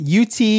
UT